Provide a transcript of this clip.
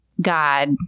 God